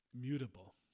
mutable